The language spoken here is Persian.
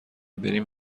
بریم